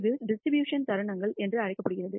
இது டிஸ்ட்ரிபூஷணனின் தருணங்கள் என்று அழைக்கப்படுகிறது